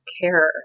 care